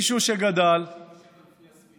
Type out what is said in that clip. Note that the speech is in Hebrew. והוא נכנס אחרי שבעצם מתוך